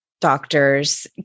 doctors